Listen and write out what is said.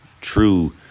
true